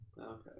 Okay